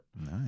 Nice